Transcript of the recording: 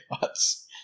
thoughts